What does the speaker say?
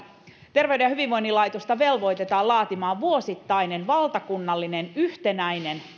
terveyden ja hyvinvoinnin laitosta velvoitetaan laatimaan vuosittainen valtakunnallinen yhtenäinen